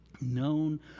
Known